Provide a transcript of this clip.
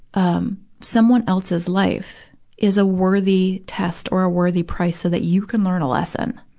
um, someone else's life is a worthy test or a worthy price so that you could learn a lesson?